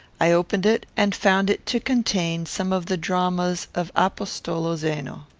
i opened it, and found it to contain some of the dramas of apostolo zeno.